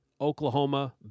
Oklahoma